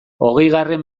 hogeigarren